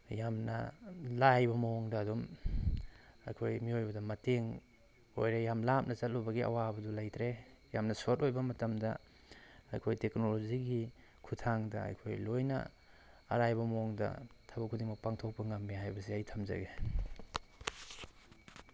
ꯌꯥꯝꯅ ꯂꯥꯏꯕ ꯃꯑꯣꯡꯗ ꯑꯗꯨꯝ ꯑꯩꯈꯣꯏ ꯃꯤꯑꯣꯏꯕꯗ ꯃꯇꯦꯡ ꯑꯣꯏꯔꯦ ꯌꯥꯝ ꯂꯥꯞꯅ ꯆꯠꯂꯨꯕꯒꯤ ꯑꯋꯥꯕꯗꯨ ꯂꯩꯇ꯭ꯔꯦ ꯌꯥꯝꯅ ꯁꯣꯔꯠ ꯑꯣꯏꯕ ꯃꯇꯝꯗ ꯑꯩꯈꯣꯏ ꯇꯦꯛꯅꯣꯂꯣꯖꯤꯒꯤ ꯈꯨꯠꯊꯥꯡꯗ ꯑꯩꯈꯣꯏ ꯂꯣꯏꯅ ꯑꯔꯥꯏꯕ ꯃꯑꯣꯡꯗ ꯊꯕꯛ ꯈꯨꯗꯤꯡꯃꯛ ꯄꯥꯡꯊꯣꯛꯄ ꯉꯝꯃꯤ ꯍꯥꯏꯕꯁꯤ ꯑꯩ ꯊꯝꯖꯒꯦ